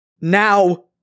Now